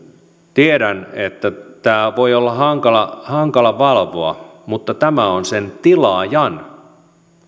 tiedän että tätä voi olla hankala hankala valvoa mutta tämä on sen tilaajan